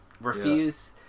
refuse